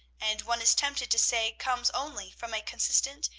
and one is tempted to say comes only, from a consistent,